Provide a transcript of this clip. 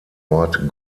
ort